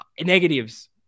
negatives